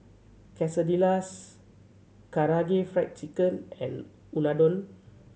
Quesadillas Karaage Fried Chicken and Unadon